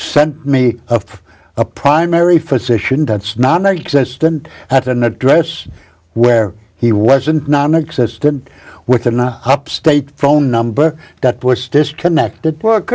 sent me of a primary physician that's non existent at an address where he wasn't nonexistent with the not upstate phone number that puts disconnected book